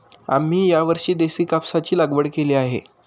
आम्ही यावर्षी देशी कापसाची लागवड केली आहे